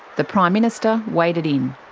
the prime minister waded in.